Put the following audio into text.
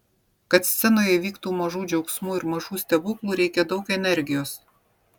kad scenoje įvyktų mažų džiaugsmų ir mažų stebuklų reikia daug energijos